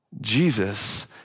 Jesus